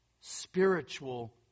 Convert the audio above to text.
spiritual